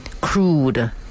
crude